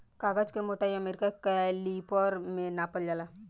कागज के मोटाई अमेरिका कैलिपर में नापल जाला